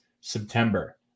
September